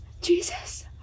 Jesus